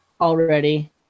Already